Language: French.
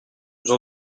nous